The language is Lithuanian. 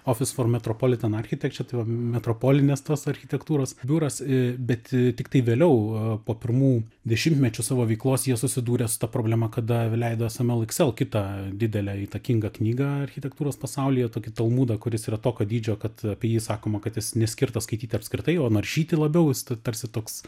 office for metropolitan architecture metropolinės tos architektūros biuras i bet tiktai vėliau po pirmų dešimtmečių savo veiklos jie susidūrė su ta problema kada leido s m l xl kitą didelę įtakingą knygą architektūros pasaulyje tokį talmudą kuris yra tokio dydžio kad apie jį sakoma kad jis neskirtas skaityti apskritai o naršyti labiau jis tu tarsi toks